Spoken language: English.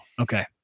okay